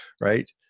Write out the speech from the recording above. right